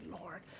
Lord